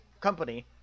company